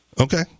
Okay